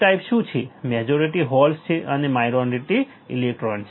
P type શું છે majority holes છે અને માઈનોરીટી ઇલેક્ટ્રોન છે